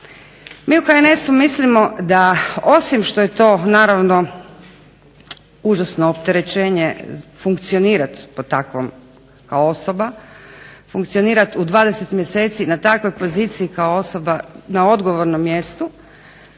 Mi u HNS-u mislimo da osim što je to naravno užasno opterećenje funkcionirati pod takvom kao osoba, funkcionirat u 20 mjeseci na takvoj poziciji kao osoba na odgovornom mjestu,